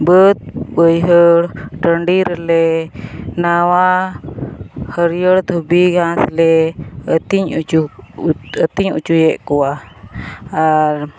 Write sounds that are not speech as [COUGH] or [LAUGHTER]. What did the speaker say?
ᱵᱟᱹᱫᱽᱼᱵᱟᱹᱭᱦᱟᱹᱲ ᱴᱟᱺᱰᱤᱨᱮᱞᱮ ᱱᱟᱣᱟ ᱦᱟᱹᱨᱭᱟᱹᱲ ᱫᱷᱟᱹᱵᱤ ᱜᱷᱟᱥᱞᱮ ᱟᱹᱛᱤᱧ ᱚᱪᱚ [UNINTELLIGIBLE] ᱟᱹᱛᱤᱧ ᱚᱪᱚᱭᱮᱫ ᱠᱚᱣᱟ ᱟᱨ